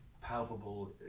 palpable